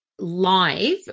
live